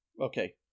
Okay